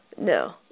No